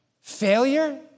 failure